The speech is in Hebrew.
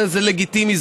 זה לגיטימי,